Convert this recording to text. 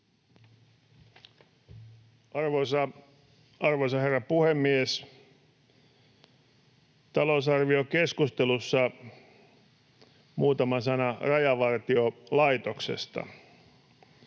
Arvoisa herra puhemies! Talousarviokeskustelussa muutama sana Rajavartiolaitoksesta.